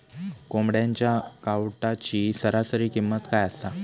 कोंबड्यांच्या कावटाची सरासरी किंमत काय असा?